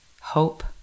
hope